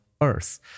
earth